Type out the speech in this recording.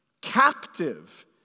captive